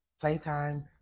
playtime